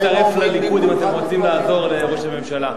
אתם מוזמנים להצטרף לליכוד אם אתם רוצים לעזור לראש הממשלה.